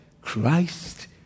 Christ